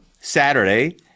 saturday